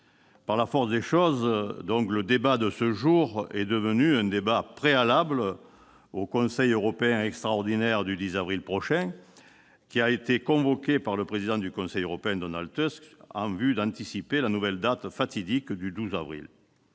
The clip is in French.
Par la force des choses, le débat de ce jour est devenu un débat préalable au Conseil européen extraordinaire du 10 avril prochain, qui a été convoqué par le Président du Conseil européen, Donald Tusk, en vue d'anticiper la nouvelle date fatidique du 12 avril.